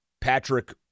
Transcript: Patrick